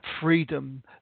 freedom